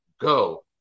go